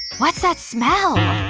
what's that smell?